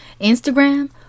Instagram